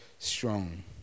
Strong